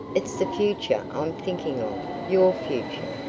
it's the future i'm thinking of your future,